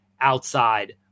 outside